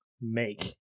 make